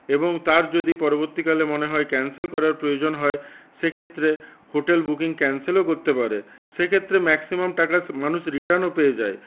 এবং তার যদি পরবর্তীকালে মনে হয় ক্যানসেল করার প্রয়োজন হয় সেক্ষেত্রে হোটেল বুকিং ক্যানসেলও করতে পারে সেক্ষেত্রে ম্যাক্সিমাম টাকা মানুষ রিটার্নও পেয়ে যায়